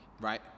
right